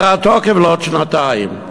בת-תוקף, לעוד שנתיים.